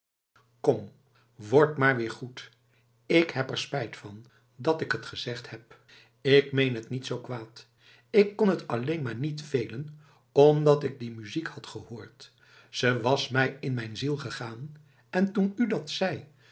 kom word maar weer goed k heb er spijt van dat ik t gezegd heb ik meen het niet zoo kwaad ik kon t alleen maar niet velen omdat ik die muziek had gehoord ze was mij in mijn ziel gegaan en toen u dat zei